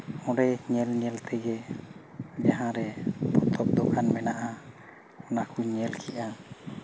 ᱚᱸᱰᱮ ᱧᱮᱞ ᱧᱮᱞ ᱛᱮᱜᱮ ᱡᱟᱦᱟᱸᱨᱮ ᱯᱚᱛᱚᱵ ᱫᱚᱠᱟᱱ ᱢᱮᱱᱟᱜᱼᱟ ᱚᱱᱟ ᱠᱚᱧ ᱧᱮᱞ ᱠᱮᱜᱼᱟ